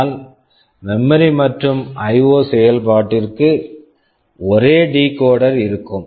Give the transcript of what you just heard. ஆனால் memory memory மற்றும் IO IO செயல்பாட்டிற்கு ஒரே டிகோடர் decoder இருக்கும்